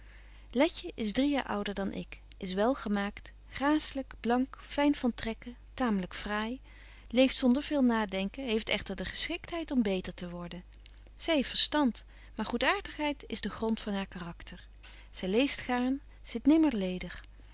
letje is drie jaar ouder dan ik is welgemaakt gracelyk blank fyn van trekken tamelyk fraai leeft zonder veel nadenken heeft echter de geschiktheid om beter te worden zy heeft verstand maar goedaartigheid is de grond van haar karakter zy leest gaarn zit nimmer ledig